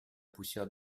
poussière